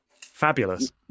Fabulous